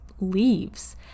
leaves